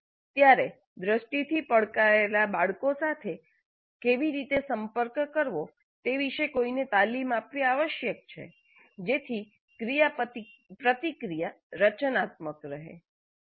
ત્યારે દૃષ્ટિથી પડકારાયેલા બાળકો સાથે કેવી રીતે સંપર્ક કરવો તે વિશે કોઈને તાલીમ આપવી આવશ્યક છે જેથી ક્રિયાપ્રતિક્રિયા રચનાત્મક રહે